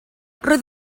roedd